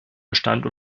bestand